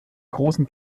großen